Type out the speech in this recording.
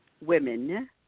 women